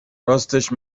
راستش